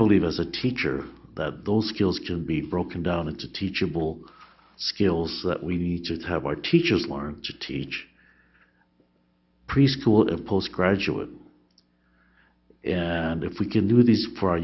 believe as a teacher that those skills can be broken down into teachable skills that we need to have our teachers learn to teach preschool and postgraduate and if we can do this for our